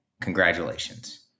congratulations